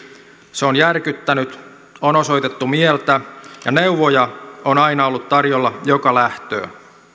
se on järkyttänyt on osoitettu mieltä ja neuvoja on aina ollut tarjolla joka lähtöön